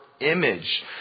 image